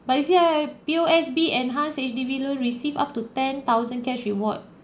but you see ah P_O_S_B enhanced H_D_B loan receive up to ten thousand cash reward